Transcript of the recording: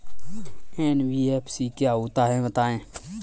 NBFC क्या होता है बताएँ?